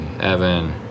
Evan